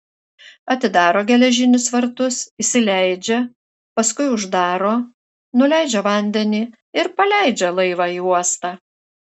atidaro geležinius vartus įsileidžia paskui uždaro nuleidžia vandenį ir paleidžia laivą į uostą